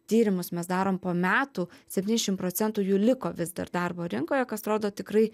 tyrimus mes darom po metų septynšim procentų jų liko vis dar darbo rinkoje kas rodo tikrai